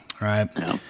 Right